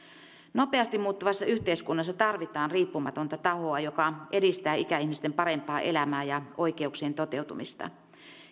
nopeasti muuttuvassa yhteiskunnassa tarvitaan riippumatonta tahoa joka edistää ikäihmisten parempaa elämää ja oikeuksien toteutumista